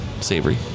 savory